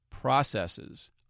processes